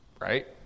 right